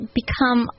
become